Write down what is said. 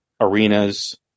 arenas